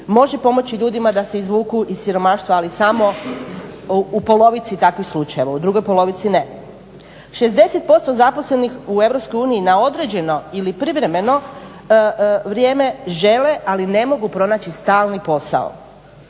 može pomoći ljudima da se izvuku iz siromaštva ali samo u polovici takvih slučajeva u drugoj polovici ne. 60% zaposlenih u EU na određeno ili privremeno vrijeme žele ali ne mogu pronaći stalni posao